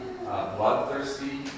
bloodthirsty